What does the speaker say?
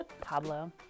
Pablo